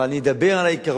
אבל אני אדבר על העיקרון.